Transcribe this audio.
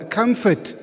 comfort